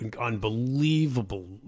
unbelievable